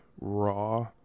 raw